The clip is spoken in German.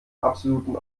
absoluten